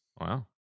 Wow